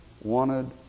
wanted